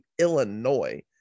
illinois